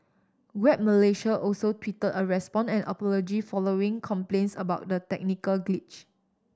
Grab Malaysia also tweeted a response and apology following complaints about the technical glitch